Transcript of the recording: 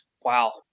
Wow